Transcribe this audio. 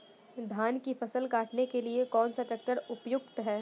धान की फसल काटने के लिए कौन सा ट्रैक्टर उपयुक्त है?